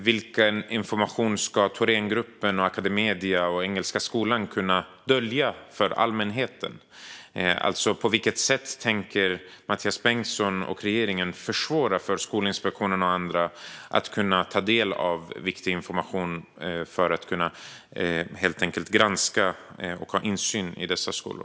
Vilken information ska Thorengruppen, Academedia och Engelska Skolan kunna dölja för allmänheten? På vilket sätt tänker Mathias Bengtsson och regeringen försvåra för Skolinspektionen och andra att ta del av viktig information för att kunna granska och ha insyn i dessa skolor?